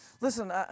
listen